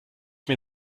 mir